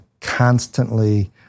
constantly